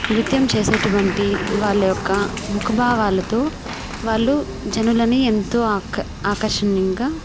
నృత్యం చేసేటటువంటి వాళ్ళ యొక్క ముఖ భావాలతో వాళ్ళు జనులని ఎంతో ఆక ఆకర్షణీయంగా